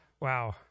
wow